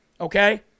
okay